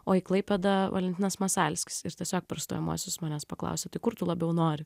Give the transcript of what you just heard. o į klaipėdą valentinas masalskis ir tiesiog per stojamuosius manęs paklausė tai kur tu labiau nori